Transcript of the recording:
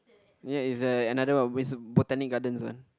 ya is a another of uh Botanic-Gardens one